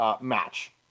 match